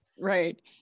Right